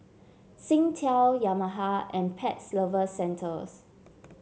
Singtel Yamaha and Pets Lovers Centres